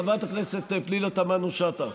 חברת הכנסת פנינה תמנו-שטה,